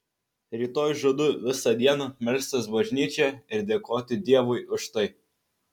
rytoj žadu visą dieną melstis bažnyčioje ir dėkoti dievui už tai